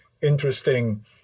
interesting